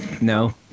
No